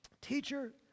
teacher